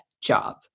job